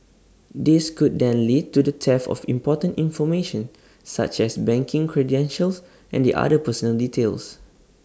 this could then lead to the theft of important information such as banking credentials and the other personal details